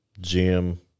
Jim